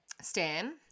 Stan